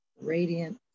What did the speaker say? radiant